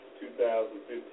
2015